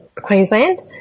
Queensland